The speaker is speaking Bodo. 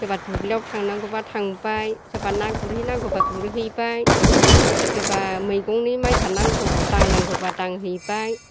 सोरबा दुब्लियाव थांनांगौब्ला थांबाय सोरबा ना गुरहैनांगौब्ला गुरहैबाय सोरबा मैगंनि मायसा दांनांगौबा दांहैबाय